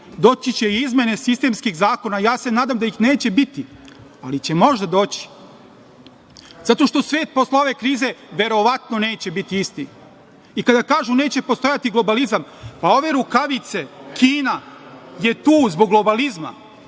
Doći će i izmene sistemskih zakona. Ja se nadam da ih neće biti, ali će možda doći zato što svet posle ove krize verovatno neće biti isti. Kada kažu – neće postojati globalizam. Pa, ove rukavice, Kina je tu zbog globalizma.